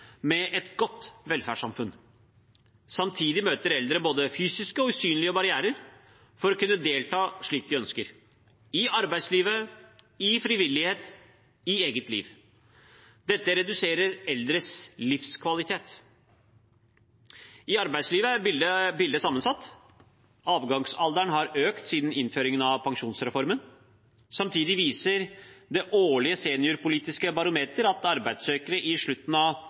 med et godt velferdssamfunn. Samtidig møter eldre både fysiske og usynlige barrierer for å kunne delta slik de ønsker – i arbeidsliv, i frivillighet, i eget liv. Dette reduserer eldres livskvalitet. I arbeidslivet er bildet sammensatt. Avgangsalderen har økt siden innføringen av pensjonsreformen. Samtidig viser det årlige «seniorpolitiske barometer» at arbeidssøkere i slutten av